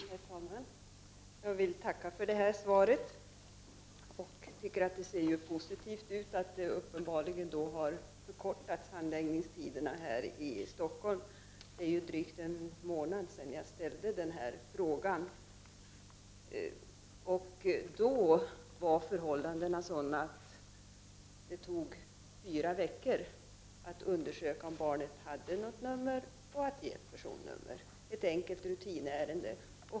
Herr talman! Jag vill tacka för detta svar. Det är positivt att handläggningstiderna här i Stockholm uppenbarligen har förkortats. Det är drygt en månad sedan jag ställde frågan, och då var förhållandena sådana att det tog fyra veckor att undersöka om ett barn hade något nummer och att ge det ett personnummer — ett enkelt rutinärende.